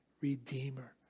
Redeemer